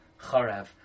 charev